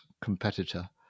competitor